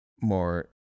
more